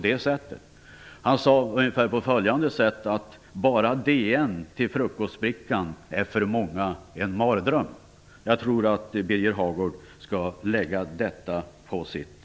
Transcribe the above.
Han uttryckte sig ungefär på följande sätt: Bara DN till frukostbrickan är för många en mardröm. Jag tycker att Birger Hagård skall lägga detta på minnet.